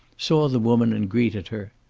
saw the woman and greeted her.